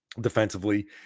defensively